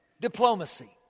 diplomacy